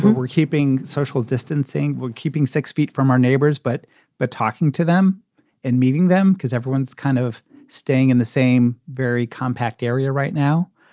we're keeping social distancing. we're keeping six feet from our neighbors. but by talking to them and meeting them because everyone's kind of staying in the same very compact area right now,